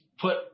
Put